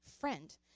friend